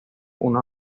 una